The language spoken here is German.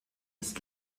ist